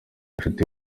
nshuti